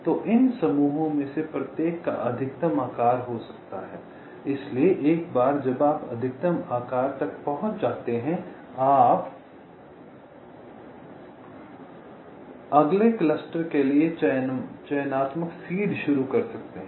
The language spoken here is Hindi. तो इन समूहों में से प्रत्येक का अधिकतम आकार हो सकता है इसलिए एक बार जब आप अधिकतम आकार तक पहुंच जाते है तो आप अगले क्लस्टर के लिए चयनात्मक सीड शुरू कर सकते हैं